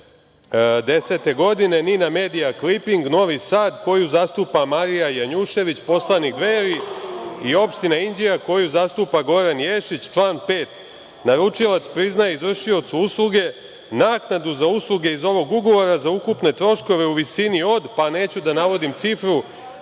2010. godine – „Ninamedija“, Kliping, Novi Sad, koju zastupa Marija Janjušević, poslanik Dveri i opštine Inđija, koju zastupa Goran Ješić. Član 5. – naručilac priznaje izvršiocu usluge naknadu za usluge iz ovog ugovora za ukupne troškove u visini od, pa neću da navodim cifru,